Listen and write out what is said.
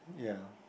yeah